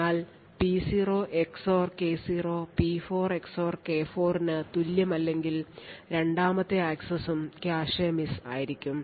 എന്നാൽ P0 XOR K0 P4 XOR K4 ന് തുല്യമല്ലെങ്കിൽ രണ്ടാമത്തെ ആക്സസും കാഷെ miss ആയിരിക്കും